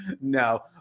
No